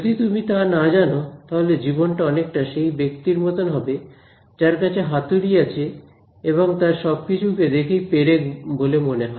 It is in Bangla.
যদি তুমি তা না জানো তাহলে জীবনটা অনেকটা সেই ব্যক্তির মতন হবে যার কাছে হাতুড়ি আছে এবং তার সবকিছুকে দেখেই পেরেক বলে মনে হয়